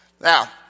Now